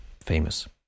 famous